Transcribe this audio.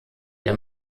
der